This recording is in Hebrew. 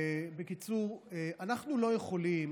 בקיצור, אנחנו לא יכולים